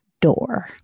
door